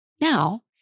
Now